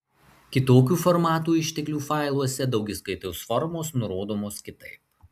kitokių formatų išteklių failuose daugiskaitos formos nurodomos kitaip